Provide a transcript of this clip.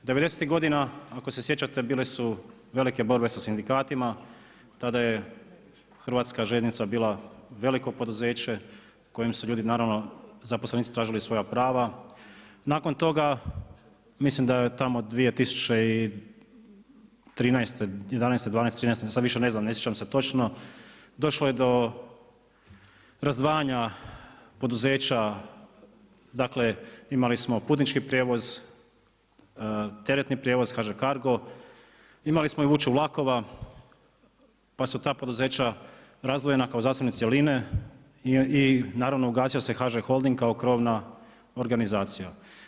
Devedesetih godina ako se sjećate bile su velike borbe sa sindikatima, tada je hrvatska željeznica bila veliko poduzeće u kojem su ljudi naravno, zaposlenici tražili svoja prava, nakon toga mislim da je tamo 2013., 2011., 2012., 2013., sad više ne znam, ne sjećam se točno, došlo je do razdvajanja poduzeća, dakle imali smo putnički prijevoz, teretni prijevoz, HŽ Cargo, imali smo i vuču vlakova pa su ta poduzeća razdvojena kao zasebne cjeline i naravno ugasio se HŽ Holding kao krovna organizacija.